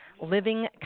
Living